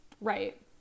Right